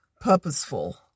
purposeful